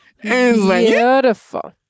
beautiful